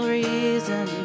reason